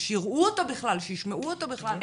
שייראו אותו בכלל, שישמעו אותו בכלל.